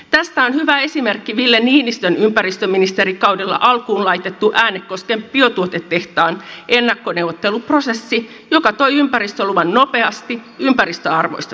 tästä on hyvä esimerkki ville niinistön ympäristöministerikaudella alkuun laitettu äänekosken biotuotetehtaan ennakkoneuvotteluprosessi joka toi ympäristöluvan nopeasti ympäristöarvoista tinkimättä